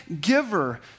giver